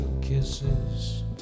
kisses